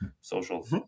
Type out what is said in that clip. social